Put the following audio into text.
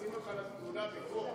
מכניסים אותך לשדולה בכוח.